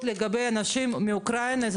כי אנשים הם